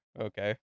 Okay